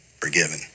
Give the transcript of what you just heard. forgiven